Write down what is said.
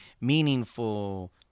meaningful